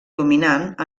dominant